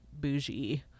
bougie